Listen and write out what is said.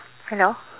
hello